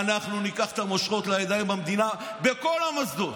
אנחנו ניקח את המושכות לידיים במדינה בכל המוסדות.